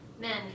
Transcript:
men